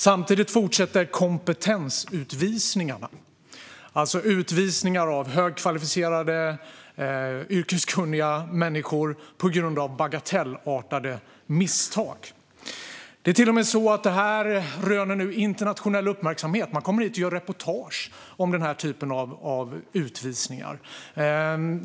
Samtidigt fortsätter kompetensutvisningarna, alltså utvisningar av högkvalificerade, yrkeskunniga människor på grund av bagatellartade misstag. Det är till och med så att detta nu röner internationell uppmärksamhet; man kommer hit och gör reportage om denna typ av utvisningar.